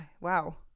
Wow